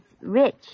rich